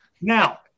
Now